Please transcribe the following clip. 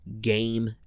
game